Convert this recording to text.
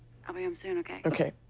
i mean um soon, ok? ok.